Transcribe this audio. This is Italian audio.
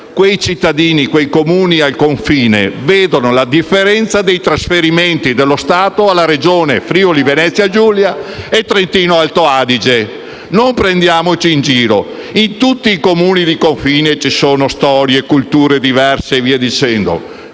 i cittadini di quei Comuni al confine vedono la differenza dei trasferimenti dello Stato alle Regioni Friuli-Venezia Giulia e Trentino-Alto Adige. Non prendiamoci in giro. In tutti i Comuni di confine ci sono storie, culture diverse e quant'altro.